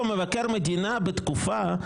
מבקר מדינה בתקופה שלא הייתה קואליציה.